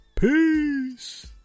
Peace